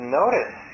notice